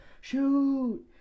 Shoot